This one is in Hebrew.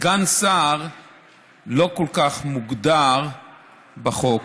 סגן שר לא כל כך מוגדר בחוק.